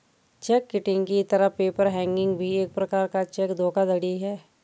check kiting की तरह paper hanging भी एक प्रकार का चेक धोखाधड़ी है